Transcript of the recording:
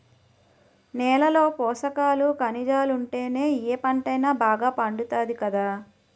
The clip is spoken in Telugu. నేలలో పోసకాలు, కనిజాలుంటేనే ఏ పంటైనా బాగా పండుతాది కదా